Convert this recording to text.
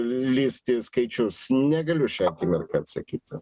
lįsti į skaičius negaliu šią akimirką atsakyti